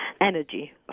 energy